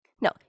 no